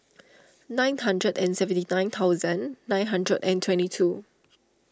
nine hundred and seventy nine thousand nine hundred and twenty two